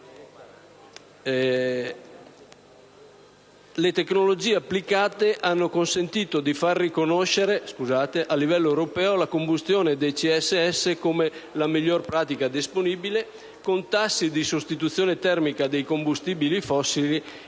Le tecnologie applicate hanno consentito di far riconoscere a livello europeo la combustione dei CSS come la miglior pratica disponibile con tassi di sostituzione termica dei combustibili fossili